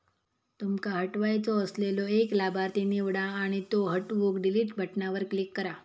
तुमका हटवायचो असलेलो एक लाभार्थी निवडा आणि त्यो हटवूक डिलीट बटणावर क्लिक करा